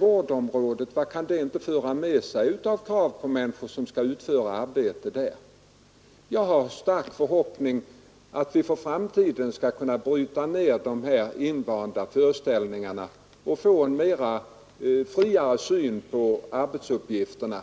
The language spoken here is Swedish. vårdområdet! Vilka krav kan inte komma att ställas på människor som utför sina arbetsuppgifter inom detta område. Jag har en stark förhoppning om att vi för framtiden skall kunna bryta ner dessa invanda föreställningar och få en friare syn på arbetsuppgifterna.